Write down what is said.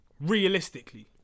realistically